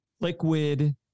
Liquid